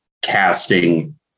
casting